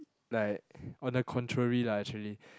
like on the contrary lah actually